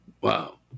Wow